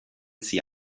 sie